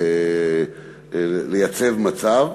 לייצב מצב.